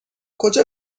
کجا